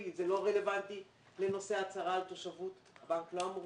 זה לא רלוונטי לנושא הצהרה על תושבות ב-CRS.